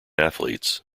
athletes